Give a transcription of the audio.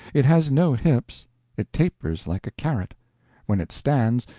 it has no hips it tapers like a carrot when it stands,